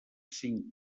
cinc